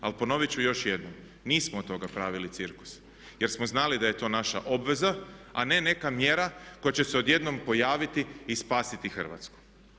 Ali ponovit ću još jednom, nismo od toga pravili cirkus jer smo znali da je to naša obveza, a ne neka mjera koja će se odjednom pojaviti i spasiti Hrvatsku.